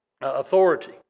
authority